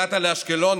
הגעת לאשקלון,